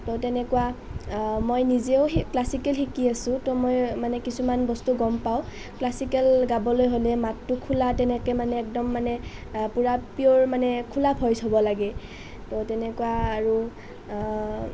তো তেনেকুৱা মই নিজেও ক্লাছিকেল শিকি আছোঁ তো মই মানে কিছুমান বস্তু গ'ম পাওঁ ক্লাছিকেল গাবলৈ হ'লে মাতটো খোলা তেনেকৈ মানে একদম মানে পুৰা পিয়ৰ মানে খোলা ভইচ হ'ব লাগে তো তেনেকুৱা আৰু